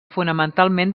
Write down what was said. fonamentalment